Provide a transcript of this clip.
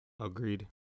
Agreed